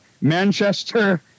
Manchester